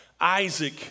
Isaac